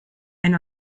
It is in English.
and